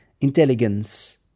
intelligence